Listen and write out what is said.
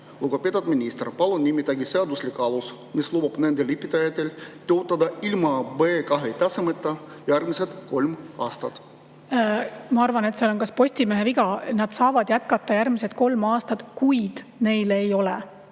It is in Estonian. Lugupeetud minister, palun nimetage seaduslik alus, mis lubab nendel õpetajatel töötada ilma B2-tasemeta järgmised kolm aastat. Ma arvan, et seal on Postimehe viga. Nad saavad jätkata järgmised kolm aastat, kuid neil ei ole